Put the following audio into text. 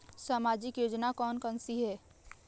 सामाजिक योजना कौन कौन सी हैं?